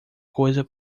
coisa